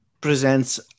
presents